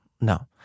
no